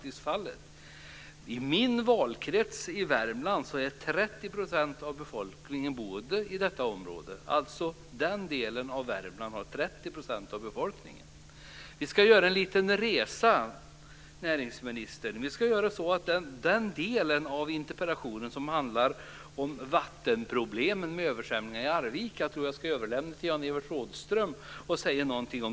I min valkrets Värmland bor 30 % av befolkningen i detta område. Vi ska göra en resa, näringsministern. Jag överlämnar den del av interpellationen som handlar om problemen med översvämningar i Arvika till Jan Evert Rådhström.